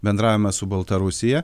bendravimas su baltarusija